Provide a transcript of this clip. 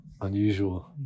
Unusual